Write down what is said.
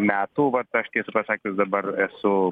metų vat aš tiesą pasakius dabar esu